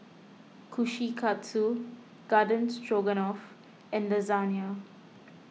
Kushikatsu Garden Stroganoff and Lasagne